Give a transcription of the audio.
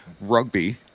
rugby